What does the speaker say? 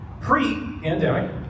Pre-pandemic